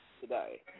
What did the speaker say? today